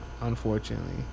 Unfortunately